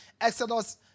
Exodus